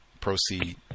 proceed